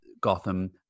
Gotham